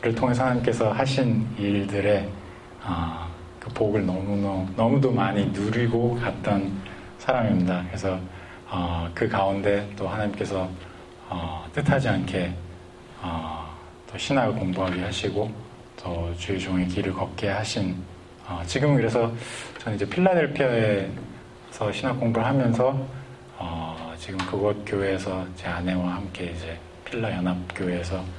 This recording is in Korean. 를 통해서 하나님께서 하신 일들에, 어, 그 복을 너무너무, 너무도 많이 누리고 갔던 사람입니다. 그래서, 어, 그 가운데 또 하나님께서, 어, 뜻하지 않게, 어, 또 신학을 공부하게 하시고, 또 주의 종의 길을 걷게 하신, 어, 지금은 그래서 저는 이제 필라델피아에서 신학 공부를 하면서, 어, 지금 그곳 교회에서 제 아내와 함께 이제 필라연합교회에서